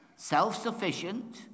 Self-sufficient